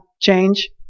change